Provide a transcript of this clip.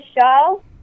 show